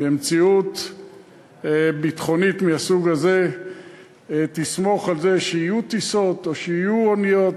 במציאות ביטחונית מהסוג הזה תסמוך על זה שיהיו טיסות או שיהיו אוניות.